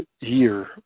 year